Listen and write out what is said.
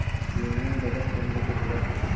union budget केन्द्र के budget होला